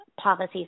policies